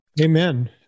Amen